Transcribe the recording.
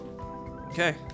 Okay